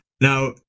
Now